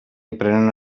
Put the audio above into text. aprenen